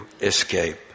escape